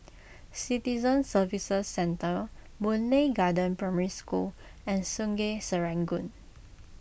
Citizen Services Centre Boon Lay Garden Primary School and Sungei Serangoon